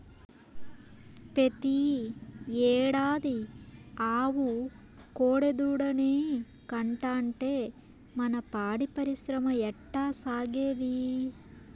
పెతీ ఏడాది ఆవు కోడెదూడనే కంటాంటే మన పాడి పరిశ్రమ ఎట్టాసాగేది